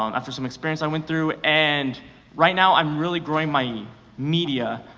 um after some experience i went through, and right now i'm really growing my media,